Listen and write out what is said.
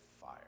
fire